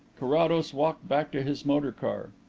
carrados walked back to his motor car.